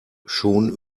schon